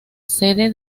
sede